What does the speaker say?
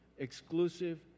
exclusive